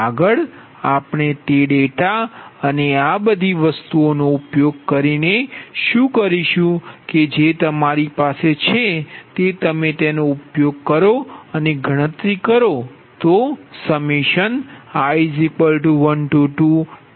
આગળ આપણે તે ડેટા અને આ બધી વસ્તુઓનો ઉપયોગ કરીને શું કરીશું જે તમારી પાસે છે તે તમે તેનો ઉપયોગ કરીને ગણતરી કરો